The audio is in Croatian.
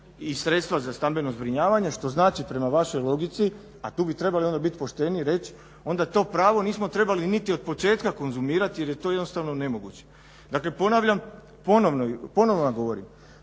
i sredstva za stambeno zbrinjavanje što znači prema vašoj logici a tu bi trebali biti onda pošteniji, reć onda to pravo nismo trebali niti od početka konzumirati jer je to jednostavno nemoguće. Dakle ponavljam ponovno vam govorim,